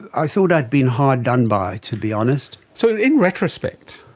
i thought i had been hard done by, to be honest. so in retrospect,